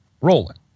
rolling